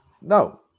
No